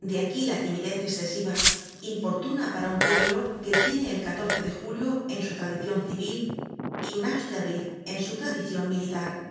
de aquí la timidez escesiva importuna para un pueblo que tiene el de julio en su tradicion civil y un austerlitz en su tradicion militar